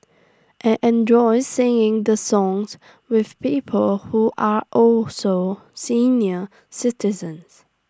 I enjoy sing the songs with people who are also senior citizens